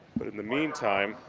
but in the meantime,